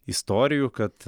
istorijų kad